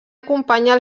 acompanyar